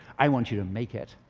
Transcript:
i want you to make it.